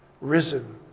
risen